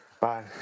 Bye